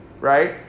right